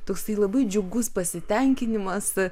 toksai labai džiugus pasitenkinimas